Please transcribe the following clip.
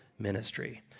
ministry